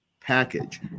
package